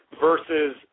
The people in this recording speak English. versus